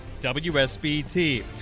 WSBT